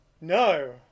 No